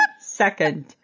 second